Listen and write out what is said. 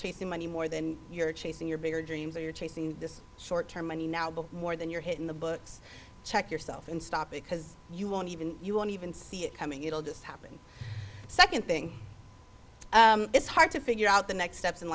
chasing money more than you're chasing your bigger dreams or you're chasing this short term money now but more than you're hitting the books check yourself and stop because you won't even you want to even see it coming it'll just happen second thing it's hard to figure out the next steps in